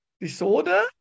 disorder